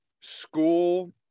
school